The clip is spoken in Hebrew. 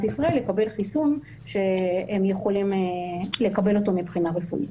ישראל לקבל חיסון שהם יכולים לקבל אותו מבחינה רפואית.